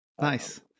Nice